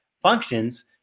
functions